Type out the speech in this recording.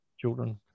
children